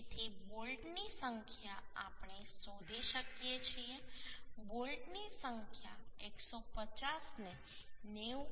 તેથી બોલ્ટની સંખ્યા આપણે શોધી શકીએ છીએ બોલ્ટની સંખ્યા 150 ને 90